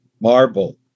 marble